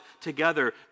together